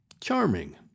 Charming